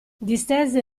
distese